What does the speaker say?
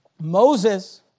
Moses